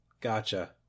Gotcha